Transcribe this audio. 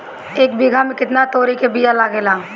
एक बिगहा में केतना तोरी के बिया लागेला?